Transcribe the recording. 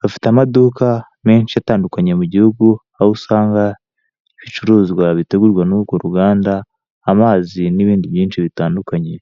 bafite amaduka menshi atandukanye mu gihugu aho usanga ibicuruzwa bitegurwa n'urwo ruganda, amazi n'ibindi byinshi bitandukanye.